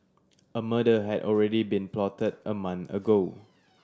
a murder had already been plotted a month ago